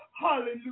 Hallelujah